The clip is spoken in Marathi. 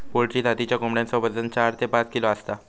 पोल्ट्री जातीच्या कोंबड्यांचा वजन चार ते पाच किलो असता